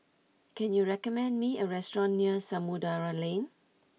can you recommend me a restaurant near Samudera Lane